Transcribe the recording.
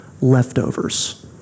leftovers